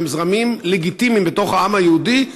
שהם זרמים לגיטימיים בתוך העם היהודי,